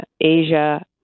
Asia